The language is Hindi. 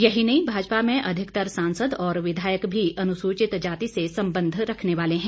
यही नहीं भाजपा में अधिकतर सांसद और विधायक भी अनुसूचित जाति से संबंध रखने वाले हैं